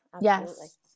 Yes